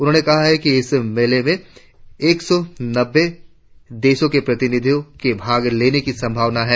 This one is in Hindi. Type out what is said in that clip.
उन्होंने कहा कि इस मेले में एक सौ बानवे देशों के प्रतिनिधियों के भाग लेने की संभावना है